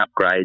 upgrades